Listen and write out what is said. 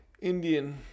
Indian